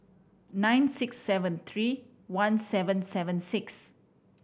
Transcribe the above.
nine six seven three one seven seven six